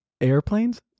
Airplanes